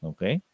Okay